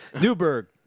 Newberg